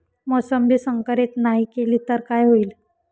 मोसंबी संकरित नाही केली तर काय होईल?